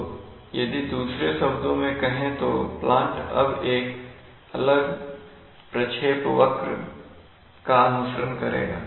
तो यदि दूसरे शब्दों में कहें तो प्लांट अब एक अलग प्रक्षेपवक्र का अनुसरण करेगा